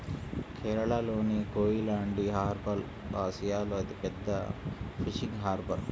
కేరళలోని కోయిలాండి హార్బర్ ఆసియాలో అతిపెద్ద ఫిషింగ్ హార్బర్